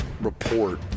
report